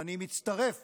ואני מצטרף